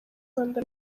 rwanda